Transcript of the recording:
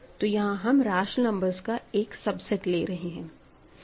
तो यहां हम रैशनल नंबर्स का एक सब सेट ले रहें है